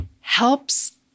helps